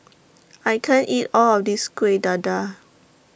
I can't eat All of This Kueh Dadar